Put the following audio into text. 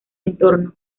entorno